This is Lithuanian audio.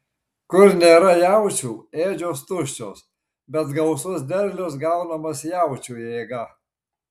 kur nėra jaučių ėdžios tuščios bet gausus derlius gaunamas jaučių jėga